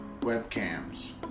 Webcams